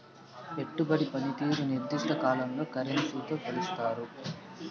పెట్టుబడి పనితీరుని నిర్దిష్ట కాలంలో కరెన్సీతో కొలుస్తారు